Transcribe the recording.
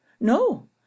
no